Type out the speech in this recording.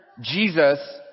Jesus